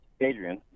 Adrian